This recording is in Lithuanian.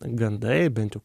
gandai bent jau